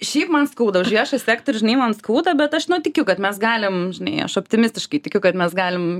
šiaip man skauda už viešą sektorių žinai man skauda bet aš nu tikiu kad mes galim žinai aš optimistiškai tikiu kad mes galim